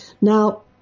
Now